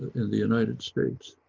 in the united states,